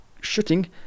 shooting